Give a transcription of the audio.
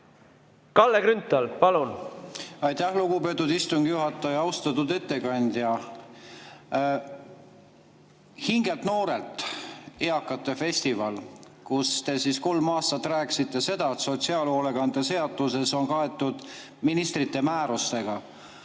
Kalle Grünthal, palun! Aitäh, lugupeetud istungi juhataja! Austatud ettekandja! "Hingelt noored" on eakate festival, kus te kolm aastat rääkisite seda, et sotsiaalhoolekande seaduses on [üht-teist] kaetud ministrite määrustega.